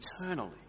eternally